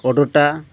ଅର୍ଡ଼ର୍ଟା